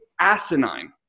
asinine